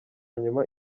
nyuma